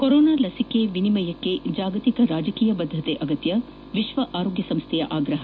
corona ಲಸಿಕೆಯ ವಿನಿಮಯಕ್ಕೆ ಜಾಗತಿಕ ರಾಜಕೀಯ ಬದ್ಧತೆ ಅಗತ್ಯ ವಿಶ್ವ ಆರೋಗ್ಯ ಸಂಸ್ಥೆಯ ಆಗ್ರಹ